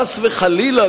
חס וחלילה,